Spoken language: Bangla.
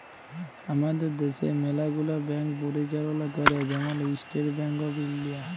আমাদের দ্যাশে ম্যালা গুলা ব্যাংক পরিচাললা ক্যরে, যেমল ইস্টেট ব্যাংক অফ ইলডিয়া